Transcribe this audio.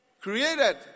created